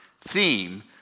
theme